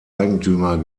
eigentümer